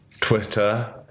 Twitter